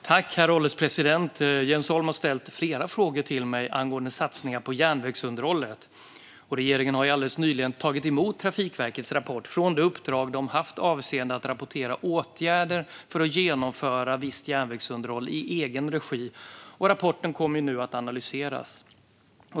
Herr ålderspresident! Jens Holm har ställt flera frågor till mig angående satsningar på järnvägsunderhållet. Regeringen har alldeles nyligen tagit emot Trafikverkets rapport från det uppdrag de haft avseende att redovisa åtgärder för att genomföra visst järnvägsunderhåll i egen regi. Rapporten kommer nu att analyseras.